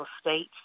state